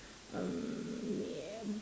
um